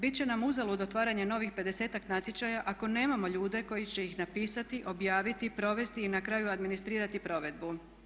Bit će nam uzalud otvaranje novih pedesetak natječaja ako nemamo ljude koji će ih napisati, objaviti, provesti i na kraju administrirati provedbu.